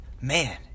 man